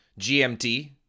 GMT